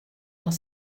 dans